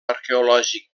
arqueològic